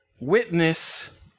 witness